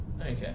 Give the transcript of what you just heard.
Okay